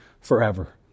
forever